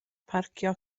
parcio